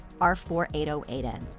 R4808N